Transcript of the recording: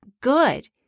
good